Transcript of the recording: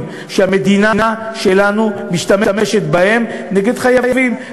שהמדינה שלנו משתמשת בהם נגד חייבים.